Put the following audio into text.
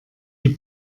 die